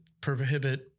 prohibit